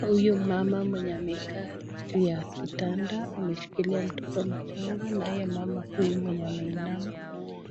Huyu mama mwenye amekaa juu ya kitanda ameshikilia mtoto mchanga, naye mama huyu mwenye ameinama